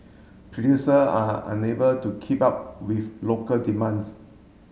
producer are unable to keep up with local demands